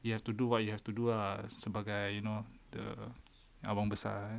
you have to do what you have to do ah sebagai you know the abang-abang besar kan